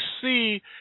see